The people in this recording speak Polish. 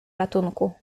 ratunku